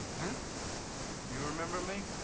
hmm? do you remember me?